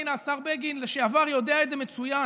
הינה, השר לשעבר בגין יודע את זה מצוין.